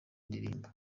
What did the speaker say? ndirimbo